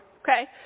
Okay